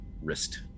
wrist